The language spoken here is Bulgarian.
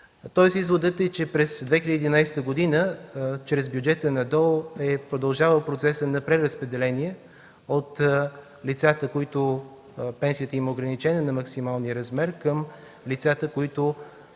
600. Изводът е, че през 2011 г. чрез бюджета на ДОО е продължавал процесът на преразпределение от лицата, на които пенсията им е ограничена до максималния размер към лицата, за които,